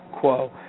quo